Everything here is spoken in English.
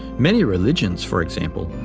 many religions, for example,